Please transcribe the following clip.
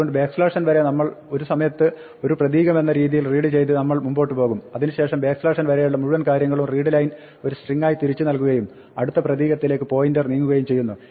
അതുകൊണ്ട് n വരെ നമ്മൾ ഒരു സമയത്ത് ഒരു പ്രതീകമെന്ന രീതിയിൽ റീഡ് ചെയ്ത് നമ്മൾ മുമ്പോട്ട് പോകും അതിന് ശേഷം n വരെയുള്ള മുഴുവൻ കാര്യങ്ങളും readline ഒരു സ്ട്രിങ്ങായി തിരിച്ചു നൽകുകയും അടുത്ത പ്രതീകത്തിലേക്ക് പോയിന്റർ നീങ്ങുകയും ചെയ്യുന്നു